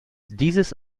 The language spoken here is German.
dieses